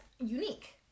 unique